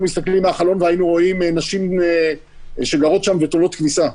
מסתכלים מהחלון ורואים נשים שגרות שם ותולות כביסה.